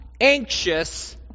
anxious